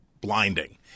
blinding